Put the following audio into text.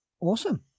Awesome